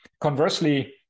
Conversely